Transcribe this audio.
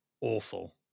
awful